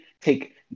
take